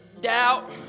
doubt